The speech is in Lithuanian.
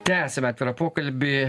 tęsiame atvirą pokalbį